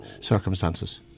circumstances